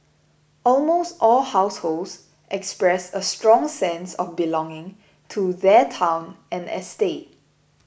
almost all households expressed a strong sense of belonging to their town and estate